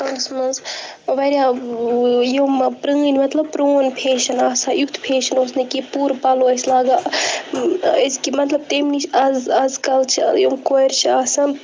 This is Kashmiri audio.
واریاہ یِم پرٲنٛۍ مَطلَب پرون فیشَن آسا یُتھ فیشَن اوس نہٕ کینٛہہ پورٕ پَلو ٲسۍ لاگان أزکہِ مَطلَب تمہِ نِش آز آزکَل چھِ یِم کورِ چھِ آسان